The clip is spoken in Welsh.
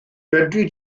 fedri